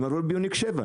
הם עברו לביוניק 7,